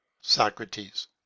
Socrates